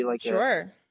Sure